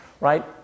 right